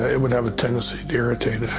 ah it would have a tendency to irritate